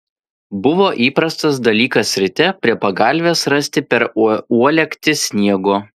buvo įprastas dalykas ryte prie pagalvės rasti per uolektį sniego